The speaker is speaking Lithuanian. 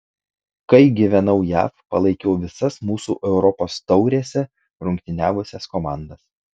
kai gyvenau jav palaikiau visas mūsų europos taurėse rungtyniavusias komandas